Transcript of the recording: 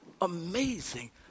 amazing